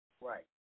Right